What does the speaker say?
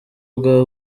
bwa